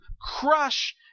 crush